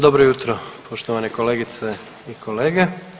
Dobro jutro poštovane kolegice i kolege.